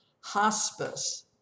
Hospice